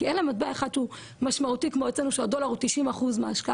כי אין להם מטבע אחד שהוא משמעותי כמו אצלנו שהדולר הוא 90% מההשקעה